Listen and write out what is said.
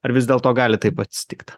ar vis dėlto gali taip atsitikt